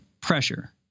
pressure